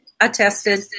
Attested